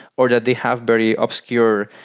or that they have very obscure,